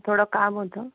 थोडं काम होतं